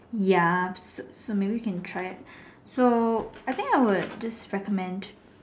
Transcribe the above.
ya so so maybe we can try so I think I would just recommend